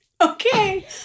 Okay